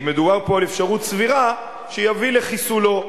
כי מדובר פה על אפשרות סבירה שיביא לחיסולו.